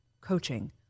coaching